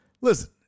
listen